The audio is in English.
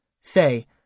Say